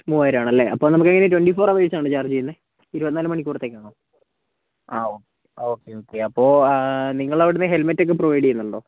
മൂവായിരമാണല്ലേ അപ്പം നമുക്കെങ്ങനെയാണ് twenty four അവേഴ്സാണ് ചാർജ് ചെയ്യുന്നത് ഇരുപത്തിനാല് മണിക്കൂർത്തേക്കാണോ ആ ഓക്കെ ഓക്കെ അപ്പോൾ നിങ്ങളവിടുന്നു ഹെൽമെറ്റക്കെ പ്രൊവൈഡ് ചെയ്യുന്നുണ്ടോ